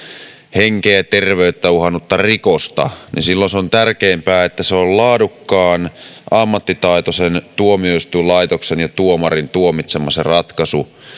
henkeä ja terveyttä uhannutta rikosta on tärkeämpää että se ratkaisu on laadukkaan ammattitaitoisen tuomioistuinlaitoksen ja tuomarin tuomitsema